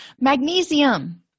Magnesium